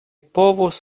povus